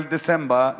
December